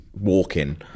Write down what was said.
walking